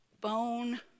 Bone